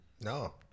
No